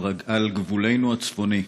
על גבולנו הצפוני,